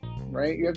right